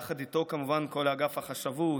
יחד איתו כמובן כל אגף החשבות,